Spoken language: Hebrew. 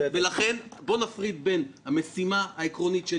לכן בואו נפריד בין המשימה העקרונית של